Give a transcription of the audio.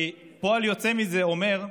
כי כפועל יוצא מזה אנחנו,